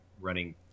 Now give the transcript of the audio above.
running